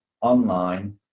online